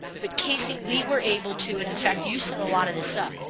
but casey we were able to and in fact you set a lot of this up.